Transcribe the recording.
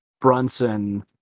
Brunson